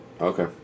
Okay